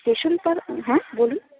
স্টেশনটার হ্যাঁ বলুন